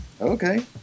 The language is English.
Okay